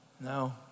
No